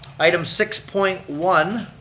item six point one,